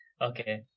Okay